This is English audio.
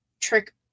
trick